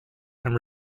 and